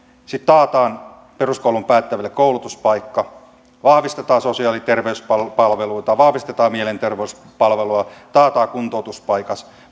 sitten taataan peruskoulun päättävälle koulutuspaikka vahvistetaan sosiaali ja terveyspalveluita vahvistetaan mielenterveyspalvelua taataan kuntoutuspaikat